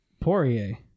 Poirier